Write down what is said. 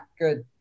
good –